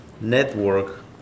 network